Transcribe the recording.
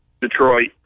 Detroit